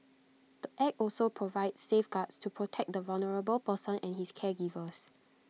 the act also provides safeguards to protect the vulnerable person and his caregivers